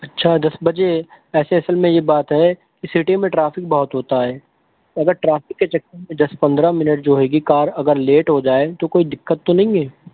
اچھا دس بجے ویسے اصل میں یہ بات ہے کہ سٹی میں ٹرافک بہت ہوتا ہے اگر ٹرافک کے چکر میں دس پندرہ منٹ جو ہو گی کار اگر لیٹ ہو جائے تو کوئی دقت تو نہیں ہے